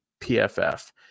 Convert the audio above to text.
PFF